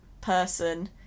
person